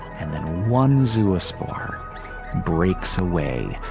and then one zoospore breaks away.